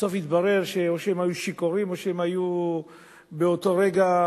בסוף יתברר שאו שהם היו שיכורים או שהם היו ללא דעת באותו רגע,